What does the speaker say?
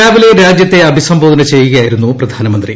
രാവിലെ രാജ്യത്തെ അഭിസംബോധന ചെയ്യുകയായിരുന്നു പ്രധാനമന്ത്രി